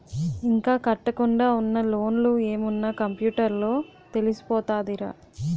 ఇంకా కట్టకుండా ఉన్న లోన్లు ఏమున్న కంప్యూటర్ లో తెలిసిపోతదిరా